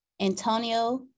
Antonio